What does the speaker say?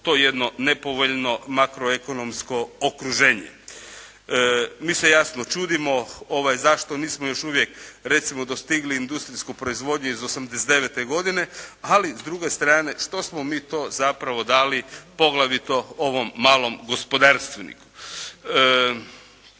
to jedno nepovoljno makroekonomsko okruženje. Mi se jasno čudimo zašto nismo još uvijek recimo dostigli industrijsku proizvodnju iz '89. godine. Ali s druge strane što smo mi to zapravo dali poglavito ovom malom gospodarstveniku.